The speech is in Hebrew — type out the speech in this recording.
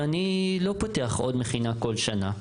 ואני לא פותח עוד מכינה בכל שנה,